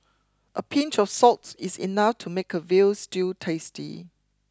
a pinch of salt is enough to make a veal stew tasty